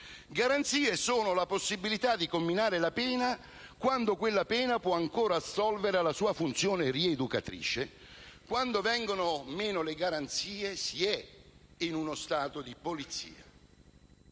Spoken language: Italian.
ragionevoli, la possibilità di comminare la pena quando quella pena può ancora assolvere alla sua funzione rieducatrice), ebbene, quando vengono meno le garanzie, si è in uno Stato di polizia.